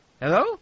Hello